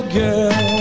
girl